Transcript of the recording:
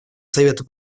совета